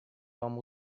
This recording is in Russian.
вам